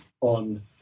on